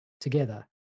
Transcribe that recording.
together